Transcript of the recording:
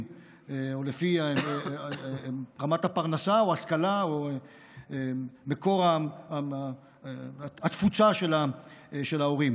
או לפי רמת הפרנסה או ההשכלה או מקור התפוצה של ההורים,